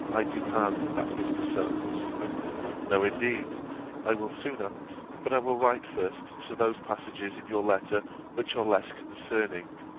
i to have that mr. solmes no indeed i will sooner but i will write first to those passages in your letter which are less concerning,